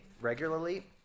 regularly